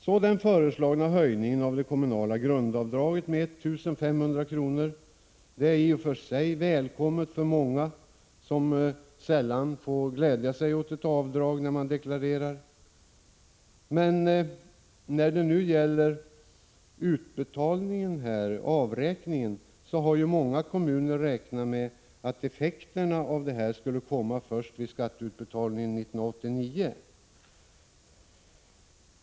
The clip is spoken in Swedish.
Så till den föreslagna höjningen av det kommunala grundavdraget med 1 500 kr. Det är ett i och för sig välkommet förslag för många av dem som sällan får glädja sig över att kunna göra avdrag när de deklarerar. Men när det gäller utbetalningen, avräkningen, har ju många kommuner räknat med att effekterna av detta förslag skulle komma först vid skatteutbetalningen 1989.